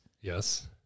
yes